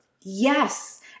Yes